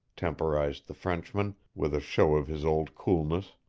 temporized the frenchman with a show of his old coolness.